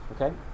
okay